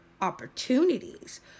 opportunities